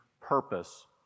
purpose